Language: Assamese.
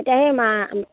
এতিয়াহে মা